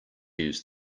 use